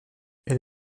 elle